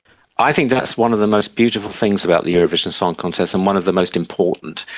i think that's one of the most beautiful things about the eurovision song contest and one of the most important.